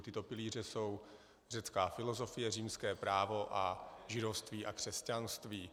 Tyto pilíře jsou řecká filozofie, římské právo a židovství a křesťanství.